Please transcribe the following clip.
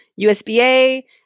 USB-A